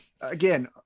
again